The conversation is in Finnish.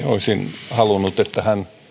olisin halunnut että hän